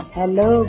hello